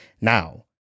Now